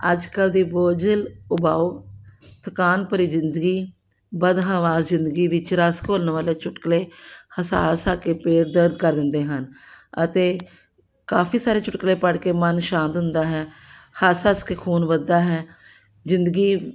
ਅੱਜ ਕੱਲ੍ਹ ਦੀ ਬੋਜਲ ਉਬਾਓ ਥਕਾਨ ਭਰੀ ਜ਼ਿੰਦਗੀ ਬਦ ਹਵਾ ਜ਼ਿੰਦਗੀ ਵਿੱਚ ਰਸ ਘੋਲਣ ਵਾਲੇ ਚੁਟਕੁਲੇ ਹਸਾ ਹਸਾ ਕੇ ਪੇਟ ਦਰਦ ਕਰ ਦਿੰਦੇ ਹਨ ਅਤੇ ਕਾਫੀ ਸਾਰੇ ਚੁਟਕਲੇ ਪੜ੍ਹ ਕੇ ਮਨ ਸ਼ਾਂਤ ਹੁੰਦਾ ਹੈ ਹੱਸ ਹੱਸ ਕੇ ਖੂਨ ਵਧਦਾ ਹੈ ਜ਼ਿੰਦਗੀ